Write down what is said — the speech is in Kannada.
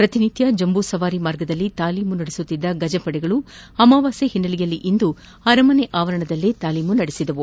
ಪ್ರಕಿನಿತ್ಯ ಜಂಬೂಸವಾರಿ ಮಾರ್ಗದಲ್ಲಿ ತಾಲೀಮು ನಡೆಸುತ್ತಿದ್ದ ಗಜಪಡೆಗಳು ಅಮಾವಾಸ್ಕೆ ಹಿನ್ನೆಲೆಯಲ್ಲಿ ಇಂದು ಅರಮನೆ ಆವರಣದಲ್ಲೇ ತಾಲೀಮು ನಡೆಸಿದವು